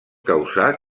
causar